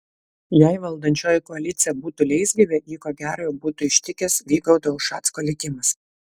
jei valdančioji koalicija būtų leisgyvė jį ko gero jau būtų ištikęs vygaudo ušacko likimas